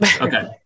okay